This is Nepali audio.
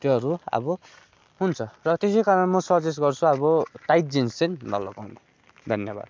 त्योहरू अब हुन्छ र त्यसै कारण म सजेस्ट गर्छु अब टाइट जिन्स चाहिँ नलगाउनु धन्यवाद